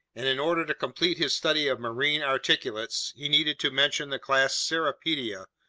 and in order to complete his study of marine articulates, he needed to mention the class cirripedia,